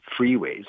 freeways